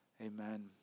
Amen